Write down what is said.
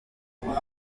umuntu